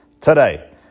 today